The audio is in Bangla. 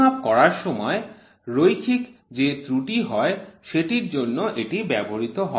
পরিমাপ করার সময় রৈখিক যে ত্রুটি হয় সেটির জন্য এটি ব্যবহৃত হয়